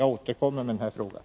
Jag återkommer till frågan.